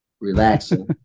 relaxing